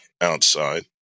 outside